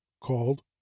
called